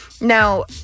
Now